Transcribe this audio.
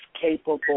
capable